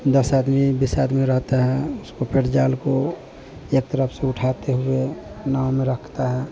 दस आदमी बीस आदमी रहते हैं उसको फिर जाल को एक तरफ से उठाते हुए नाव में रखते हैं